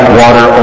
water